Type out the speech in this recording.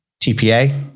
TPA